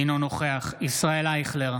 אינו נוכח ישראל אייכלר,